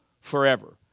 forever